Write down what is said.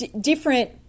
different